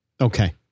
okay